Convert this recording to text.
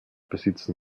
besitzen